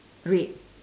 red